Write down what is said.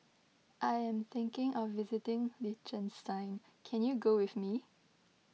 I am thinking of visiting Liechtenstein can you go with me